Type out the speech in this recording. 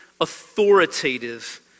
Authoritative